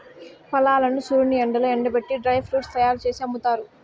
ఫలాలను సూర్యుని ఎండలో ఎండబెట్టి డ్రై ఫ్రూట్స్ తయ్యారు జేసి అమ్ముతారు